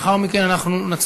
לאחר מכן נצביע.